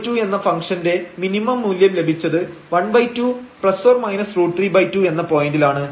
32 എന്ന ഫംഗ്ഷന്റെ മിനിമം മൂല്യം ലഭിച്ചത് 12 ±√32 എന്ന പോയന്റിൽ ആണ്